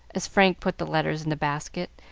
as frank put the letters in the basket,